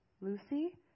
Lucy